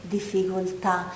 difficoltà